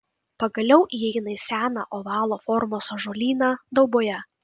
pagaliau įeina į seną ovalo formos ąžuolyną dauboje